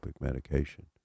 medication